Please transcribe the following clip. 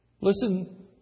listen